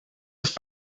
with